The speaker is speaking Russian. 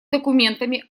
документами